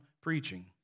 preaching